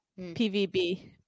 PVB